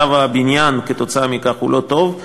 מצב הבניין כתוצאה מכך הוא לא טוב,